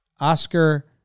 Oscar